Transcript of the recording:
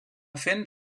fent